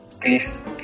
please